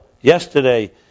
yesterday